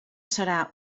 serà